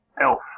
elf